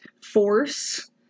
force